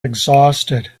exhausted